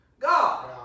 God